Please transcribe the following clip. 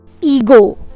ego